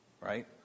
right